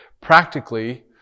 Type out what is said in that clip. practically